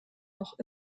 noch